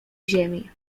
ziemi